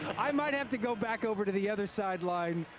i might have to go back over to the other sideline.